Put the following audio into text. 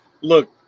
Look